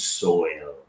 soil